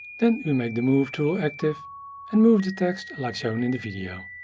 then we make the move tool active and move the text, like shown in the video.